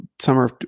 summer